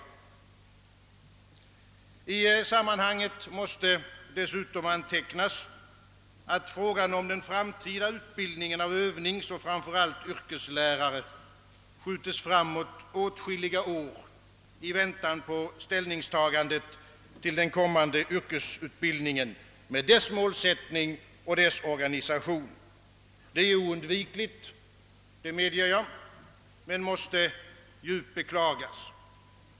I sammanhanget måste dessutom antecknas, att frågan om den framtida utbildningen av övningsoch framför allt yrkeslärare skjutes framåt åtskilliga år i väntan på ställningstagandet till den kommande yrkesutbildningen, dess målsättning och dess organisation. Det är oundvikligt, det medger jag, men det måste djupt beklagas.